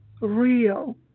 real